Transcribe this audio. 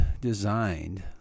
designed